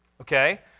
Okay